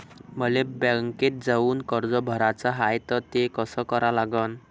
मले बँकेत जाऊन कर्ज भराच हाय त ते कस करा लागन?